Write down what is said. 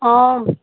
অঁ